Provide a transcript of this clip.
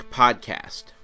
podcast